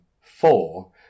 four